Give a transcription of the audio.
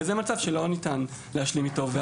וזה מצב שאי אפשר להשלים איתו.